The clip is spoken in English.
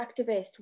activist